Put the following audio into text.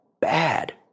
bad